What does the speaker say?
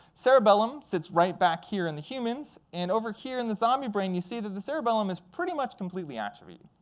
cerebellum sits right back here in the humans. and over here in the zombie brain, you see that the cerebellum is pretty much completely atrophied.